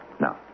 Now